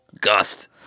Gust